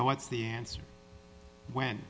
now what's the answer when